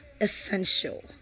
essential